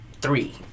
three